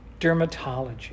dermatology